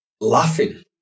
laughing